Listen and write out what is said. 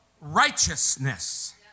righteousness